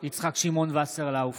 יצחק שמעון וסרלאוף,